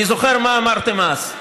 אני זוכר מה אמרתם אז,